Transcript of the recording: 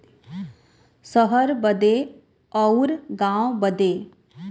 सहर बदे अउर गाँव बदे